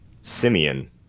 Simeon